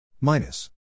minus